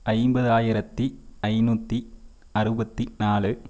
ஐம்பதாயிரத்து ஐநூற்றி அறுபத்தி நாலு